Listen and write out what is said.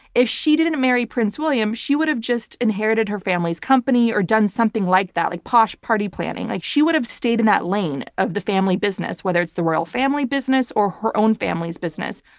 if she didn't marry prince william, she would have just inherited her family's company or done something like that, like posh party planning. like she would have stayed in that lane of the family business, whether it's the royal family business or her own family's business.